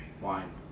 Wine